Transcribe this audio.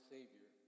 Savior